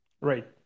Right